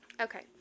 Okay